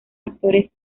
actores